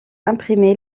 imprimée